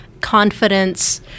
Confidence